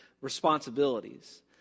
responsibilities